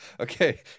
Okay